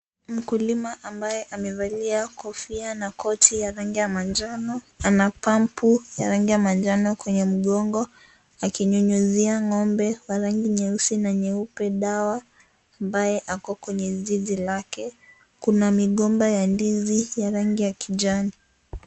Mkulima ambaye amevalia kofia na koti ya rangi ya manjano. Ana pampu ya rangi ya manjano kwenye mgongo. Akinyunyizia ng'ombe wa rangi nyeusi na nyeupe dawa, ambaye ako kwenye zizi lake. Kuna migomba ya ndizi ya rangi ya kijani.